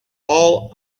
all